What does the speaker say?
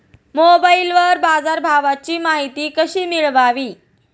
मोबाइलवर बाजारभावाची माहिती कशी मिळवावी?